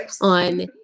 on